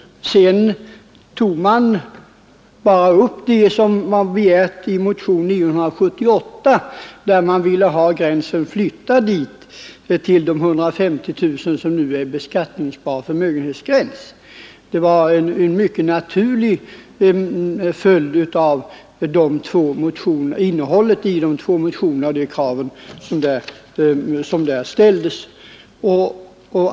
Sedan tog man bara upp det som begärts i motionen 978, nämligen att gränsen skulle flyttas till 150 000 kronor, som nu är gräns för beskattningsbar förmögenhet. Det var en mycket naturlig följd av innehållet i de två motionerna och de krav som där ställdes.